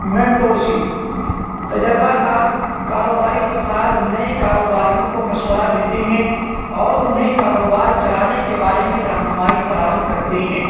mentorship تجربہ کار کاروباری افراد نئے کاروباریوں کو مشورہ دیتیں ہیں اور انہیں کاروبار چلانے کے بارے میں رہنمائی فراہم کرتے ہیں